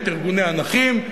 את ארגוני הנכים,